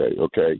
okay